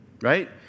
right